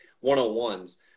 one-on-ones